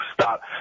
stop